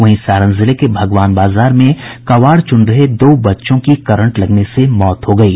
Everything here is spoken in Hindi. वहीं सारण जिले के भगवान बाजार में कबाड़ चुन रहे दो बच्चों की करंट लगने से मौत हो गयी